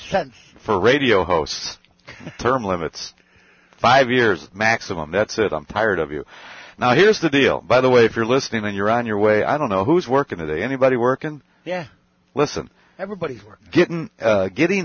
sense for radio hosts term limits five years maximum that's it i'm tired of you now here's the deal by the way if you're listening when you're on your way i don't know who's working today anybody work and yeah listen everybody we're getting getting